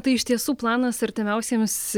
tai iš tiesų planas artimiausiems